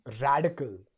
radical